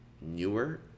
newer